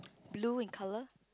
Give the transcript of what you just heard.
blue in colour